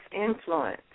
influence